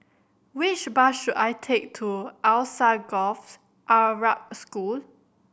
which bus should I take to Alsagoff Arab School